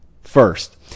first